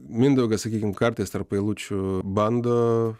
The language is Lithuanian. mindaugas sakykim kartais tarp eilučių bando